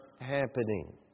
happening